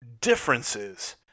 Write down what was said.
differences